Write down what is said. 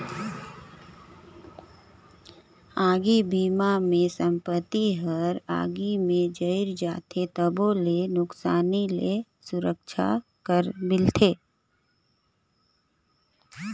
आगी बिमा मे संपत्ति हर आगी मे जईर जाथे तबो ले नुकसानी ले सुरक्छा मिलथे